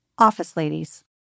OfficeLadies